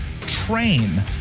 Train